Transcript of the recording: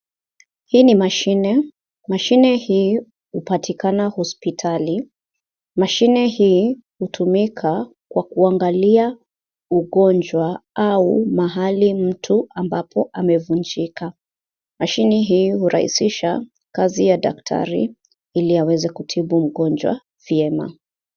Hii ni mashine. Mashine hii hupatikana hospitali. Mashine hii hutumika kwa kuangalia ugonjwa, au mahali ambapo mtu amevunjika. Mashine hii hurahisisha kazi ya daktari ili aweze kutibu mgonjwa vyema.